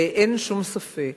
ואין שום ספק